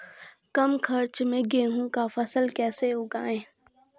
कम खर्च मे गेहूँ का फसल कैसे उगाएं?